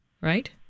right